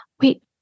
wait